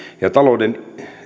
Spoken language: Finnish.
ja talouden